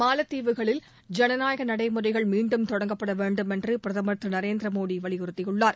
மாலத்தீவுகளில் ஐனநாயக நடைமுறைகள் மீண்டும் தொடங்கப்பட வேண்டும் என்று பிரதமர் திரு நரேந்திர மோடி வலியுறுத்தியுள்ளார்